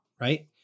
right